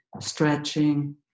stretching